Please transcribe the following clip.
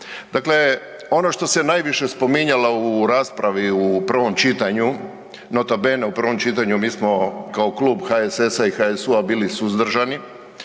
Dakle, ono što se najviše spominjalo u raspravi u prvom čitanju, notobene u prvom čitanju mi smo kao Klub HSS-a i HSU-a bili suzdržani,